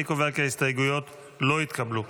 אני קובע כי ההסתייגויות לא התקבלו.